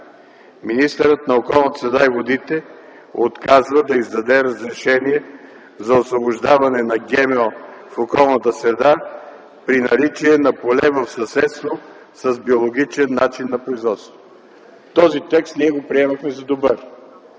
„Министърът на околната среда и водите отказва да издаде разрешение за освобождаване на ГМО в околната среда при наличие на поле в съседство с биологичен начин на производство”. Този текст ние го приемахме за добър.